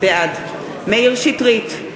בעד מאיר שטרית,